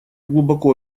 глубоко